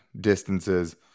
distances